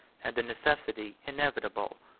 and the necessity inevitable.